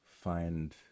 find